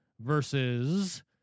versus